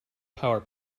power